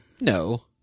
No